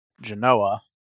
Genoa